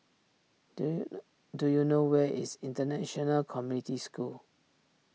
do you know do you know where is International Community School